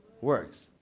works